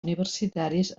universitaris